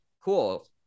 cool